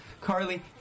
Carly